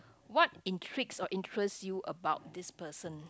what intrigues or interest you about this person